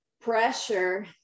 pressure